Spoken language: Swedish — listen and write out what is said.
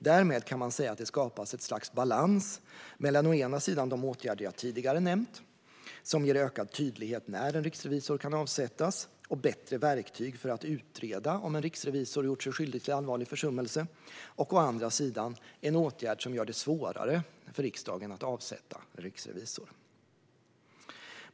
Därmed kan man säga att det skapas ett slags balans mellan å ena sidan de åtgärder jag tidigare nämnt, som ger ökad tydlighet om när en riksrevisor kan avsättas och bättre verktyg för att utreda om en riksrevisor gjort sig skyldig till allvarlig försummelse, och å andra sidan en åtgärd som gör det svårare för riksdagen att avsätta en riksrevisor.